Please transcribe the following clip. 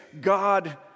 God